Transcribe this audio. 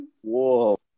Whoa